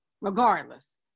Regardless